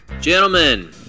Gentlemen